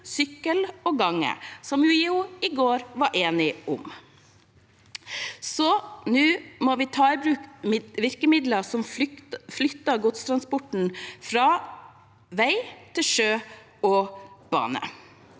sykkel og gange, som vi jo i går var enige om. Nå må vi ta i bruk virkemidler som flytter godstransport fra vei til sjø og bane.